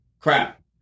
Crap